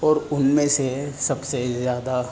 اور ان میں سے سب سے زیادہ